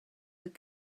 oedd